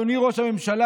אדוני ראש הממשלה,